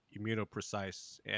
Immunoprecise